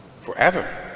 forever